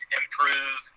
improve